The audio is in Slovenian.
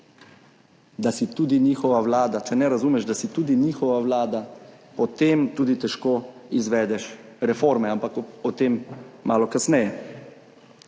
da si tudi njihova vlada, če ne razumeš, da si tudi njihova vlada, potem tudi težko izvedeš reforme, ampak o tem malo kasneje.